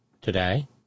today